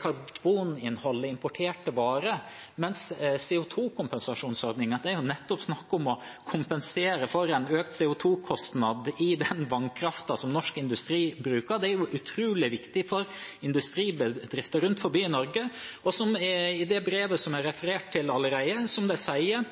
karboninnholdet i importerte varer, mens CO 2 -kompensasjonsordningen skal kompensere for en økt CO 2 -kostnad i den vannkraften som norsk industri bruker. Det er utrolig viktig for industribedrifter rundt omkring i Norge, som i det brevet jeg